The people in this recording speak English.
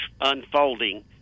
unfolding